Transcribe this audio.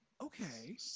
okay